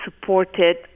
supported